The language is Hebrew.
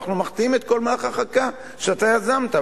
אנחנו מחטיאים את כל מהלך החקיקה שאתה יזמת.